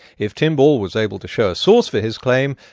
if tim ball was able to show a source for his claim,